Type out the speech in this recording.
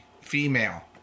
female